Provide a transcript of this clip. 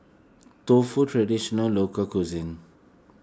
Tofu Traditional Local Cuisine